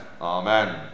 Amen